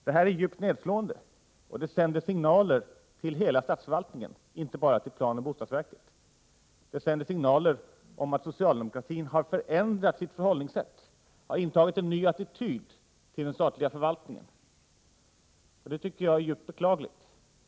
Detta är djupt nedslående, och det sänder signaler till hela statsförvaltningen, inte bara till planoch bostadsverket, om att socialdemokratin har förändrat sitt förhållningssätt och har intagit en ny attityd till den statliga » förvaltningen. Jag tycker att det är djupt beklagligt.